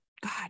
God